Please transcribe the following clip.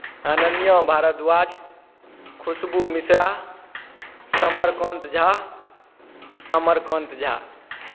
Ananya Bharadwaj Khushbu Mishra Samarkant Jha Amarkant Jha